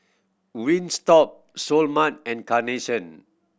Wingstop Seoul Mart and Carnation